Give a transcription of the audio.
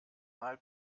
mal